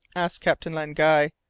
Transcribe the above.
asked captain len guy.